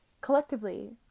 collectively